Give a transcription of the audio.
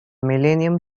millennium